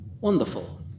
Wonderful